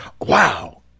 wow